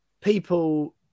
People